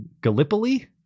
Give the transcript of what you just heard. gallipoli